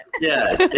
yes